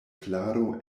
klaro